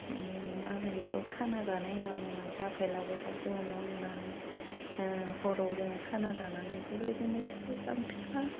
मा होनो बेखौ खाना जानाय होनना बुङो बा बेलागुराव जोङो न' लुनानै हराव जोङो खाना जानानै बेबायदिनो फिथाइ साम फिथा